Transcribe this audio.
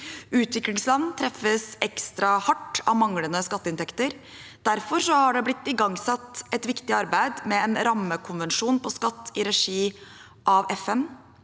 Utviklingsland treffes ekstra hardt av manglende skatteinntekter. Derfor har det blitt igangsatt et viktig arbeid med en rammekonvensjon for skatt i regi av FN.